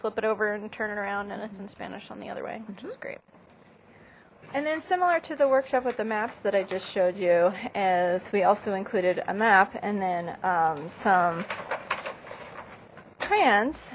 flip it over and turn it around and it's in spanish on the other way which is great and then similar to the workshop with the maps that i just showed you is we also included a map and then some trans